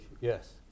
yes